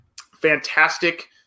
fantastic